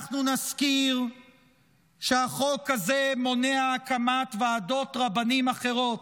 אנחנו נזכיר שהחוק הזה מונע הקמת ועדות רבנים אחרות.